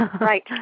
right